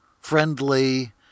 friendly